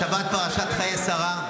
השבת פרשת חיי שרה,